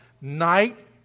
night